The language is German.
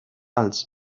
als